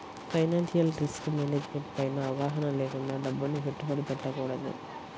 financial risk management పైన అవగాహన లేకుండా డబ్బుని పెట్టుబడి పెట్టకూడదు